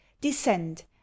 descend